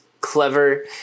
clever